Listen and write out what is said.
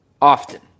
often